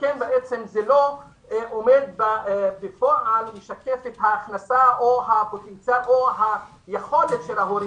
שכן בפועל זה לא משקף את ההכנסה או הפוטנציאל או היכולת של ההורים.